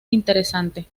interesante